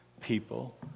people